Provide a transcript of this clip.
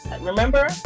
remember